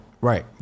Right